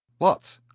what,